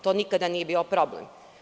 To nikada nije bio problem.